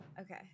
Okay